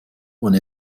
und